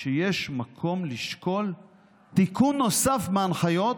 שיש מקום לשקול תיקון נוסף בהנחיות